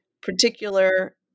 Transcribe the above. particular